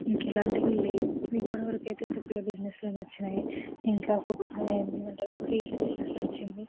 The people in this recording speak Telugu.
ఇంక ఇలాంటివి లేవు ఇప్పటివరకు అయితే చెప్పుల బిజినెస్లు అని వచ్చినాయి ఇంక ఫుట్ ఏమంటరు హీల్స్ బిజినెస్ నడిచింది